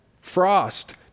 frost